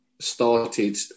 started